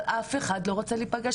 חוץ ממנה אף אחד לא מוכן להיפגש.